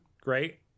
Great